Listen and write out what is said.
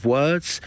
words